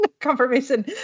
confirmation